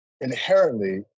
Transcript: inherently